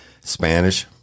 Spanish